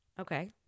Okay